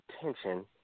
attention